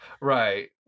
Right